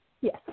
Yes